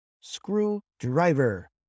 screwdriver